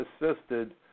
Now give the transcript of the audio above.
assisted